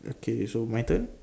okay so my turn